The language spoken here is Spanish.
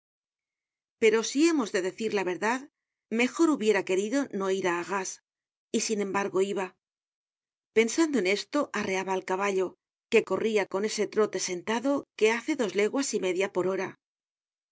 pero si hemos de decir la verdad mejor hubiera querido no ir á arras y sin embargo iba pensando en esto arreaba al caballo que corria con ese trote sentado que hace dos leguas y media por hora a